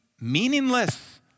meaningless